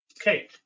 Okay